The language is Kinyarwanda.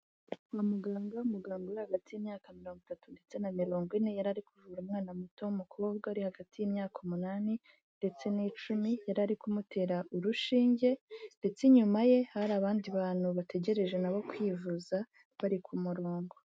Kwa muganga, umuganga uri hagati y'imyaka mirongo itatu ndetse na mirongo ine, yari ari kuvura umwana muto w'umukobwa uri hagati y'imyaka umunani ndetse n'icumi, yari ari kumutera urushinge, ndetse inyuma ye hari abandi bantu bategereje nabo kwivuza bari ku murongo.